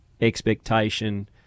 expectation